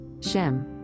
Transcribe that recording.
Shem